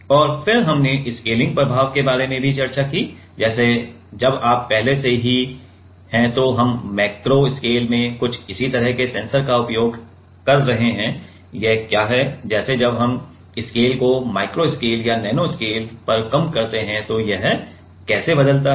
और फिर हमने स्केलिंग प्रभाव के बारे में भी चर्चा की है जैसे जब आप पहले से ही हैं तो हम मैक्रो स्केल में कुछ इसी तरह के सेंसर का उपयोग कर रहे हैं यह क्या है जैसे जब हम स्केल को माइक्रो स्केल या नैनो स्केल पर कम करते हैं तो यह कैसे बदलता है